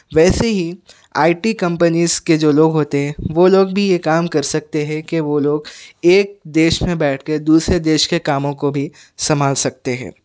ویسے ہی I T companies کے جو لوگ ہوتے وہ لوگ بھی یہ کام کر سکتے ہے کہ وہ لوگ ایک دیش میں بیٹھ کے دوسرے دیش کے کاموں کو بھی سنبھال سکتے ہے